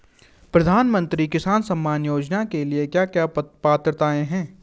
प्रधानमंत्री किसान सम्मान योजना के लिए क्या क्या पात्रताऐं हैं?